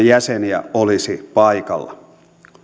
jäseniä olisi paikalla